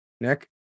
nick